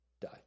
die